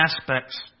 aspects